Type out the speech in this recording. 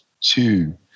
two